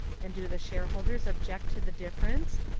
and do the share holders object to the difference?